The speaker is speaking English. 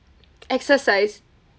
exercise